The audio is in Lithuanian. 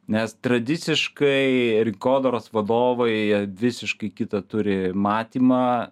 nes tradiciškai rinkodaros vadovai jie visiškai kitą turi matymą